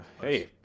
hey